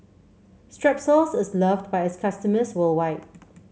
Strepsils is loved by its customers worldwide